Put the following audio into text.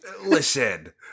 listen